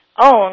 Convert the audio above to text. own